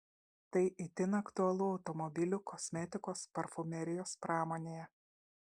tai itin aktualu automobilių kosmetikos parfumerijos pramonėje